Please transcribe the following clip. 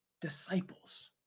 disciples